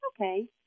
Okay